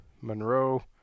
Monroe